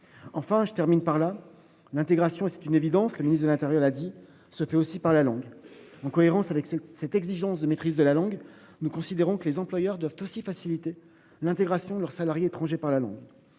Enfin, je termine par là, l'intégration et c'est une évidence. Le ministre de l'Intérieur a dit se fait aussi par la langue en cohérence avec cette exigence de maîtrise de la langue. Nous considérons que les employeurs doivent aussi faciliter l'intégration leurs salariés étrangers par la langue.